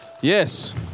Yes